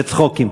בצחוקים.